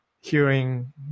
hearing